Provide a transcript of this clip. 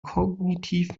kognitiv